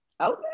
Okay